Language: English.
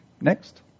Next